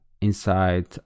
inside